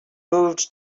moved